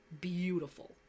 beautiful